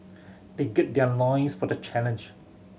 they gird their loins for the challenge